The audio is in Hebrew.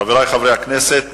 חבר הכנסת